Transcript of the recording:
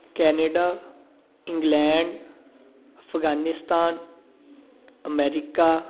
Canada England Afghanistan America